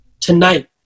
tonight